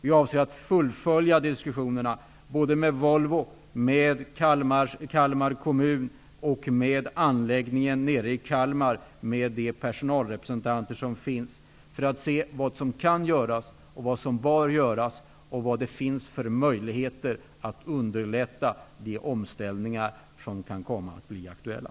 Vi avser att fullfölja diskussionerna med Volvo, med Kalmar kommun och med de personalrepresentanter som finns vid anläggningen nere i Kalmar, för att se vad som kan och vad som bör göras och vilka möjligheter som finns för att underlätta de omställningar som kan komma att bli aktuella.